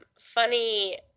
funny